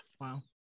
Wow